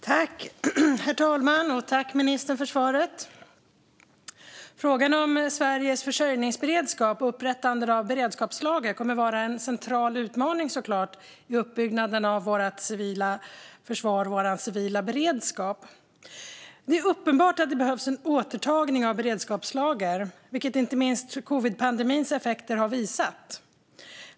Herr talman! Tack, ministern, för svaret! Frågan om Sveriges försörjningsberedskap och upprättandet av beredskapslager kommer såklart att vara en central utmaning i uppbyggnaden av vårt civila försvar och vår civila beredskap. Det är uppenbart att det behövs en återtagning av beredskapslager, vilket inte minst covidpandemins effekter har visat.